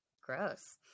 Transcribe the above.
gross